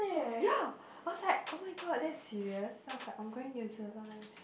ya I was like oh-my-god that's serious then I was like I'm going New Zealand